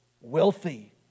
wealthy